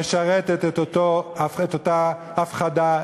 את אותה הפחדה,